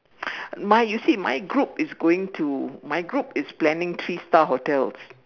my you see my group is going to my group is planning three star hotels